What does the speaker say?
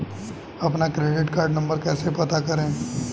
अपना credit card number कैसे पता करें?